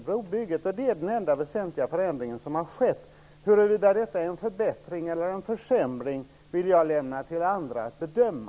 Det är den enda väsentliga förändring som har skett. Huruvida detta är en förbättring eller en försämring vill jag lämna till andra att bedöma.